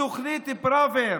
בתוכנית פראוור,